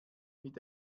mit